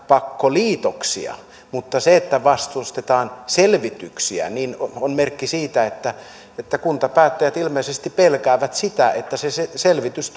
pakkoliitoksia mutta se että vastustetaan selvityksiä on merkki siitä että että kuntapäättäjät ilmeisesti pelkäävät sitä että se se selvitys